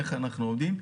איך אנחנו עומדים,